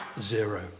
zero